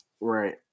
right